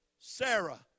Sarah